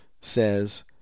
says